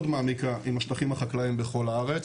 מעמיקה עם השטחים החקלאיים בכל הארץ.